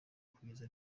kugeza